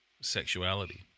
sexuality